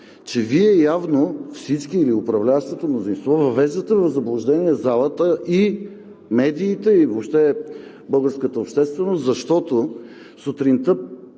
че Вие явно всички – и управляващото мнозинство, въвеждате в заблуждение залата и медиите, и въобще българската общественост, защото сутринта